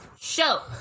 show